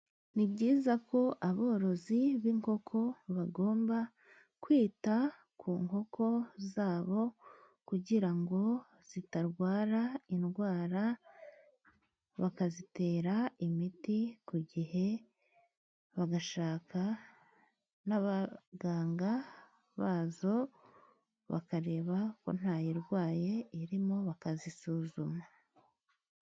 Ni byiza ko aborozi b'inkoko bagomba kwita ku nkoko zabo, kugira ngo zitarwara indwara bakazitera imiti ku gihe, bagashaka n'abaganga bazo bakareba ko ntayirwaye irimo bakazisuzuma.